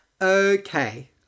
Okay